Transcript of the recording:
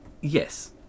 yes